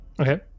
Okay